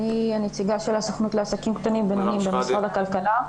אני הנציגה של הסוכנות לעסקים קטנים ובינוניים במשרד הכלכלה.